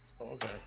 Okay